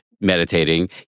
meditating